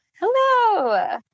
Hello